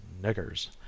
niggers